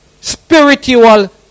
spiritual